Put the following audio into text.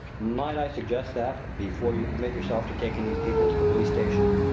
might i suggest that, before you commit yourself to taking these people to the police station,